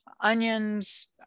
onions